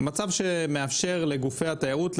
מצב שמאפשר לגופי התיירות,